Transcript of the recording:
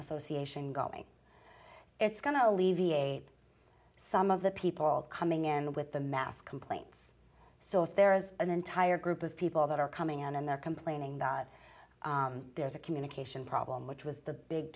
association going it's going to alleviate some of the people coming in with the mass complaints so if there is an entire group of people that are coming in and they're complaining that there's a communication problem which was the big